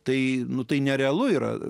tai nu tai nerealu yra